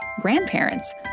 grandparents